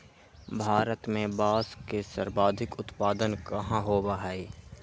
भारत में बांस के सर्वाधिक उत्पादन कहाँ होबा हई?